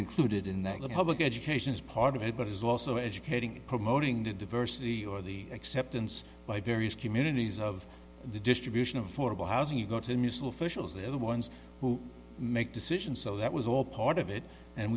included in that the public education is part of it but it's also educating promoting the diversity or the acceptance by various communities of the distribution of for the housing you go to new selfishness they're the ones who make decisions so that was all part of it and